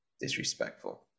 Disrespectful